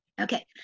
Okay